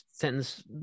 sentence